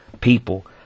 people